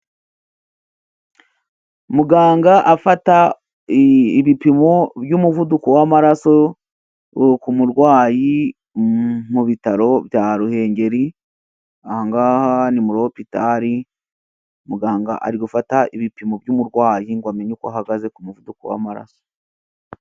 Muganga afata ibipimo by'umuvuduko w'amaraso ku murwayi mu bitaro bya Ruhengeri; aha ngaha ni muri opitari ,muganga ari gufata ibipimo by'umurwayi ngo amenye uko ahagaze ku muvuduko w'amaraso.